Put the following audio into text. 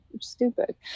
stupid